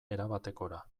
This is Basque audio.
erabatekora